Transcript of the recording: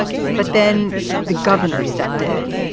but then the governor stepped in.